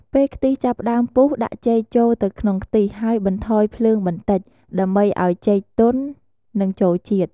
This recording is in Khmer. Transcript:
ពេលខ្ទិះចាប់ផ្ដើមពុះ ដាក់ចេកចូលទៅក្នុងខ្ទិះ ហើយបន្ថយភ្លើងបន្តិច ដើម្បីឱ្យចេកទន់និងចូលជាតិ។